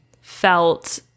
felt